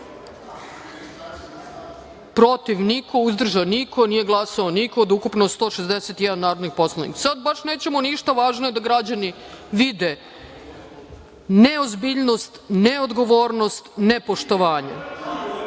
protiv – niko, uzdržan – niko, nije glasao niko, od ukupno 161 narodnog poslanika. Sad baš nećemo ništa, važno je da građani vide neozbiljnost, neodgovornost, nepoštovanje. Konstatujem